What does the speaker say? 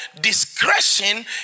discretion